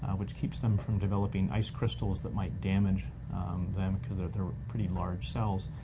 which keeps them from developing ice crystals that might damage them, cause they're they're pretty large cells.